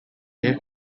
you